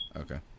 Okay